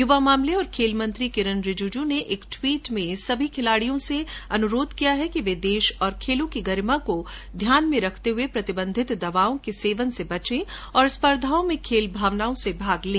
युवा मामले और खेल मंत्री किरण रिजिजू ने एक ट्वीट में सभी खिलाड़ियों से अनुरोध किया है कि वे देश और खेलों की गरिमा को ध्यान में रखते हुए प्रतिबंधित दवाओं के सेवन से बचे और स्पर्धाओ में खेल भावना से भाग लें